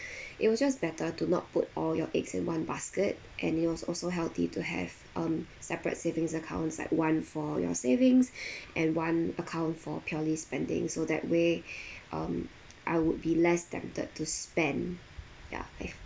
it was just better to not put all your eggs in one basket and it was also healthy to have um separate savings accounts like one for your savings and one account for purely spending so that way um I would be less tempted to spend ya I've